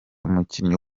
umukinnyi